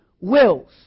wills